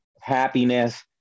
happiness